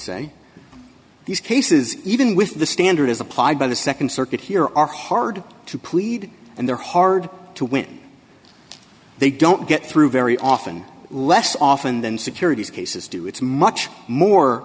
say these cases even with the standard as applied by the nd circuit here are hard to plead and they're hard to win they don't get through very often less often than securities cases do it's much more